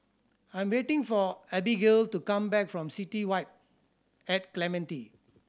I'm waiting for Abigail to come back from City Vibe at Clementi